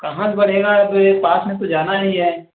कहाँ से बनेगा जो ये पास में तो जाना ही है